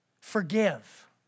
forgive